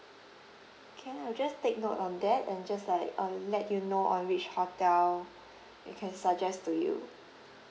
can I just take note on that and just like uh let you know on which hotel we can suggest to you